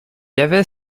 avait